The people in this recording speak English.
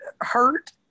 hurt